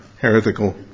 heretical